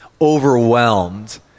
overwhelmed